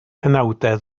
penawdau